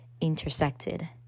intersected